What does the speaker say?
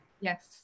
Yes